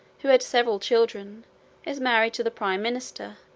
who had several children is married to the prime minister,